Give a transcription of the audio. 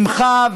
ממך,